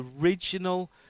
original